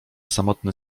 samotny